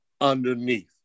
underneath